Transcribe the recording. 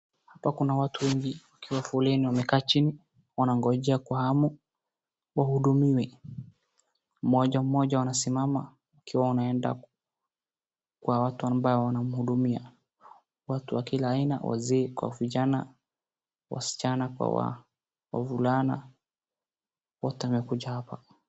Hapa kuna watu wengi kwa foleni wamekaa chini wanangojea kwa hamu wahudumiwe. Mmoja mmoja wanasimama wakiwa wanaenda kwa watu ambao wanamhudumia. Watu wa kila aina wazee kwa vijana, wasichana kwa wavulana wote wamekuja hapa.